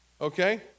okay